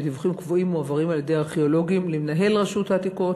דיווחים קבועים מועברים על-ידי הארכיאולוגים למנהל רשות העתיקות,